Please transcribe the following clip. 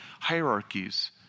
hierarchies